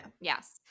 Yes